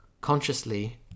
consciously